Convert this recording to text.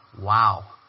Wow